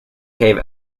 cave